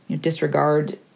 disregard